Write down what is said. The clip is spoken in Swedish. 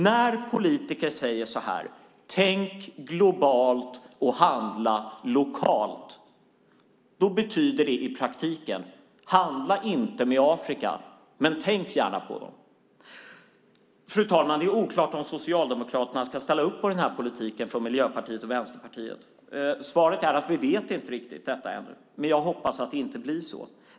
När politiker säger "tänk globalt och handla lokalt" betyder det i praktiken: Handla inte med Afrika men tänk gärna på dem. Fru talman! Det är oklart om Socialdemokraterna tänker ställa upp på Miljöpartiets och Vänsterpartiets politik. Det vet vi ännu inte. Jag hoppas dock att det inte blir så.